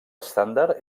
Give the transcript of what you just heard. estàndard